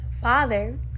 father